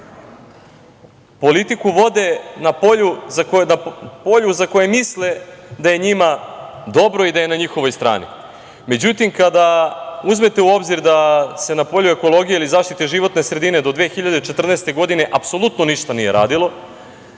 politiku vode na polju za koje misle da je njima dobro i da je na njihovoj strani.Međutim, kada uzmete u obzir da se na polju ekologije ili zaštite životne sredine do 2014. godine apsolutno ništa nije radilo